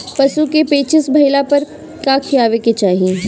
पशु क पेचिश भईला पर का खियावे के चाहीं?